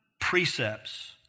precepts